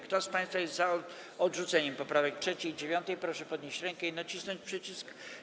Kto z państwa jest za odrzuceniem poprawek 3. i 9., proszę podnieść rękę i nacisnąć przycisk.